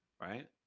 Right